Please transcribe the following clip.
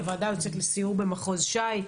הוועדה יוצאת לסיור במחוז ש"י,